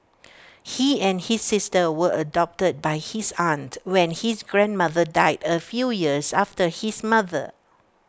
he and his sister were adopted by his aunt when his grandmother died A few years after his mother